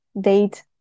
date